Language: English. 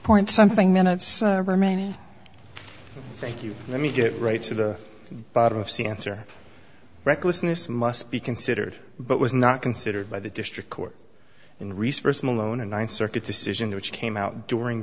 point something minutes remaining thank you let me get right to the bottom of c answer recklessness must be considered but was not considered by the district court in response malone a ninth circuit decision which came out during